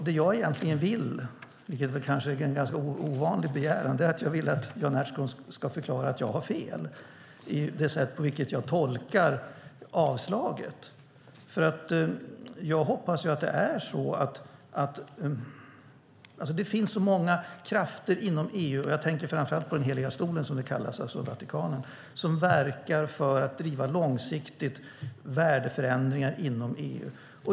Det jag egentligen vill, vilket kanske är en ganska ovanlig begäran, är att Jan Ertsborn ska förklara att jag har fel i det sätt på vilket jag tolkar avslaget. Det finns så många krafter inom EU. Jag tänker framför allt på Heliga stolen, alltså Vatikanen, som verkar för att långsiktigt driva värdeförändringar inom EU.